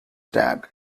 tag